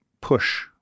push